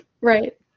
Right